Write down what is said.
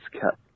cut